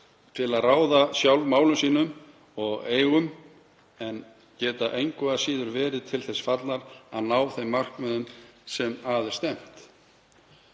til að ráða sjálf málum sínum og eigum en geta engu að síður verið til þess fallnar að ná þeim markmiðum sem að er stefnt.“